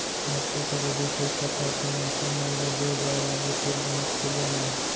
micro credit एक परकार के मनसे मन ल देय जाय वाले थोर बहुत के लोन आय